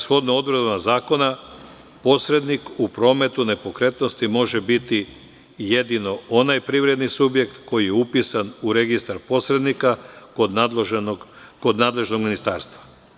Shodno odredbama zakona posrednik u prometu nepokretnosti može biti jedino onaj privredni subjekat koji je upisan u registar posrednika kod nadležnog ministarstva.